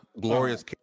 glorious